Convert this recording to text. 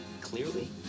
clearly